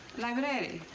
library.